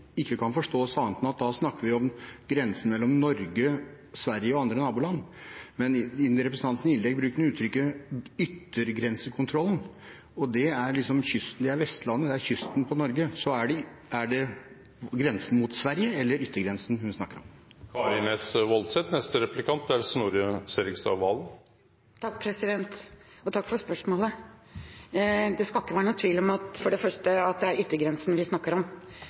ikke kan forstås annerledes enn at vi da snakker om grensen mellom Norge, Sverige og andre naboland, men i representantens innlegg brukte hun uttrykket «ytre grensekontroll». Det er Vestlandet, kysten av Norge. Er det grensen mot Sverige eller yttergrensen hun snakker om? Takk for spørsmålet. For det første skal det ikke være noen tvil om at det er yttergrensen vi snakker om.